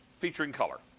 featuring color.